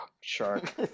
shark